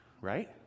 right